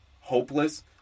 hopeless